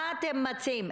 מה אתם מציעים?